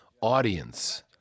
audience